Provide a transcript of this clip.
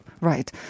Right